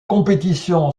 compétition